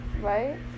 right